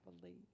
believe